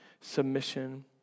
submission